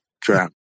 trap